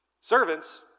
Servants